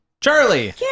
Charlie